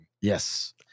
Yes